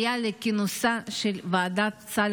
בנושא: עיכוב במועד כינוס ועדת סל